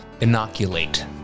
inoculate